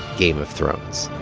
game of thrones.